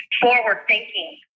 forward-thinking